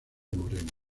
moreno